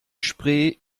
spree